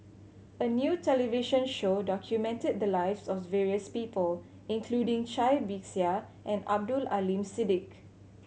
a new television show documented the lives of various people including Cai Bixia and Abdul Aleem Siddique